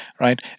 right